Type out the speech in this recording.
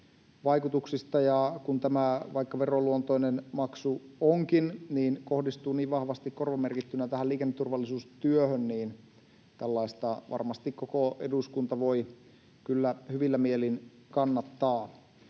vaikutuksista. Kun tämä, vaikka veroluontoinen maksu onkin, kohdistuu näin vahvasti korvamerkittynä tähän liikenneturvallisuustyöhön, niin tällaista varmasti koko eduskunta voi kyllä hyvillä mielin kannattaa.